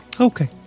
Okay